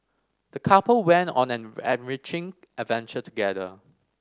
the couple went on an enriching adventure together